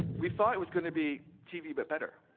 we thought it was going to be tv, but better.